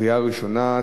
קריאה ראשונה.